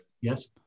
Yes